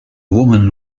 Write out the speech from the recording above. woman